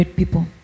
people